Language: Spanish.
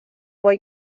voy